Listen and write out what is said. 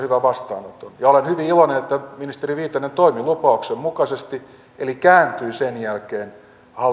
hyvän vastaanoton ja olen hyvin iloinen että ministeri viitanen toimi lupauksensa mukaisesti eli kääntyi sen jälkeen